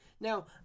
Now